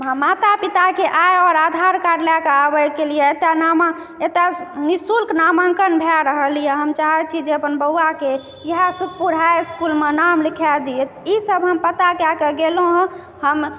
माता पिता के आय आओर आधार कार्ड लएकेँ आबैके लिअ एतय एतय नि शुल्क नामाङ्कन भए रहल यऽ हम चाहैत छी जे अपन बौआके इएह सुखपुर हाई इसकुलमे नाम लिखा दियैक ई सब हम पता कऽ कए गेलहुँ हँ हम